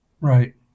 right